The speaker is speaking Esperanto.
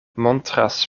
montras